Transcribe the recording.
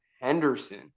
Henderson